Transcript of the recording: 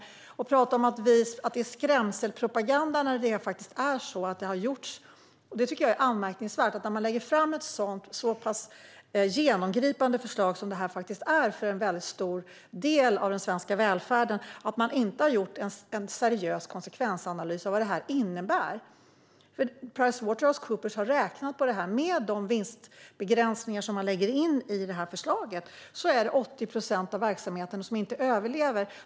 Roza Güclü Hedin pratar om att detta är skrämselpropaganda. Jag tycker att det är anmärkningsvärt att man lägger fram ett så pass genomgripande förslag - vilket det faktiskt är för en väldigt stor del av den svenska välfärden - utan att ha gjort en seriös konsekvensanalys. Pricewaterhousecoopers har räknat på det här. Med de vinstbegränsningar som man lägger in i det här förslaget är det 80 procent av verksamheterna som inte överlever.